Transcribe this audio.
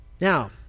Now